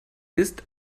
ist